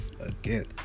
again